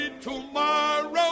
tomorrow